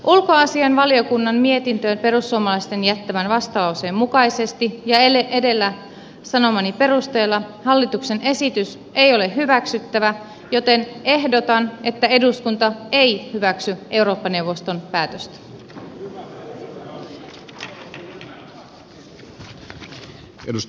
ulkoasiainvaliokunnan mietintöön perussuomalaisten jättämän vastalauseen mukaisesti ja edellä sanomani perusteella hallituksen esitys ei ole hyväksyttävä joten ehdotan että eduskunta ei hyväksy eurooppa neuvoston päätöstä